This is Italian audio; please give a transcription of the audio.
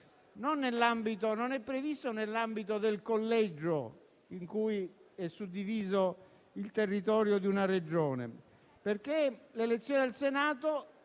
non è previsto nell'ambito del collegio in cui è suddiviso il territorio di una Regione, perché l'elezione del Senato